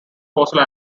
fossil